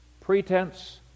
Pretense